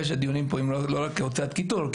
שהדיונים פה הם לא רק הוצאת קיטור.